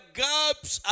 gaps